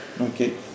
Okay